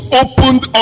opened